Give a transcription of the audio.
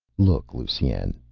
look, lusine,